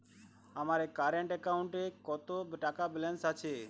আমার কারেন্ট অ্যাকাউন্টে কত টাকা ব্যালেন্স আছে?